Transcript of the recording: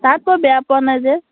তাত মই বেয়া পোৱা নাই যে